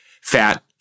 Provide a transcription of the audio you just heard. fat